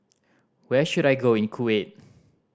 where should I go in Kuwait